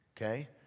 Okay